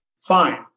fine